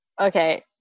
Okay